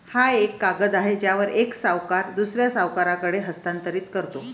हा एक कागद आहे ज्यावर एक सावकार दुसऱ्या सावकाराकडे हस्तांतरित करतो